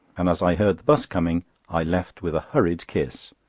and as i heard the bus coming, i left with a hurried kiss